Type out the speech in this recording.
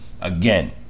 again